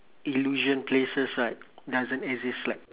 illusion places like doesn't exist like